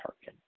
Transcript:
target